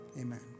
Amen